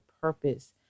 purpose